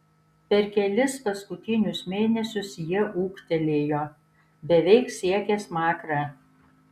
per kelis paskutinius mėnesius jie ūgtelėjo beveik siekė smakrą